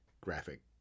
graphic